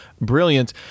brilliant